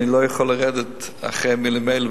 אני לא יכול לרדת אחרי המלים האלה,